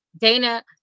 Dana